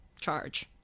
charge